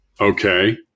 okay